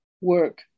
work